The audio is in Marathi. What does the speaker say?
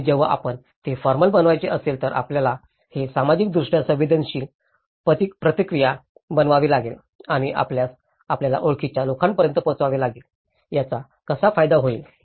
आणि जेव्हा आपण ते फॉर्मल बनवायचे असेल तर आपल्याला ते सामाजिकदृष्ट्या संवेदनशील प्रतिक्रिया बनवावे लागेल आणि आपल्यास आपल्या ओळखीच्या लोकांपर्यंत पोहोचवावे लागेल याचा कसा फायदा होईल